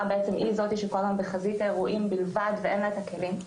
בעצם היא זאת שכל הזמן בחזית האירועים בלבד ואין לה את הכלים,